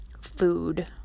food